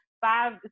five